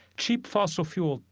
cheap fossil fuel,